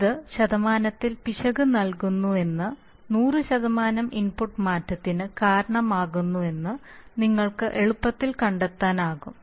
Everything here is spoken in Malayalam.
ഇത് ശതമാനത്തിൽ പിശക് നൽകുന്നുവെന്ന് 100 ഇൻപുട്ട് മാറ്റത്തിന് കാരണമാകുമെന്ന് നിങ്ങൾക്ക് എളുപ്പത്തിൽ കണ്ടെത്താനാകും